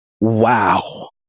wow